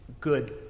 good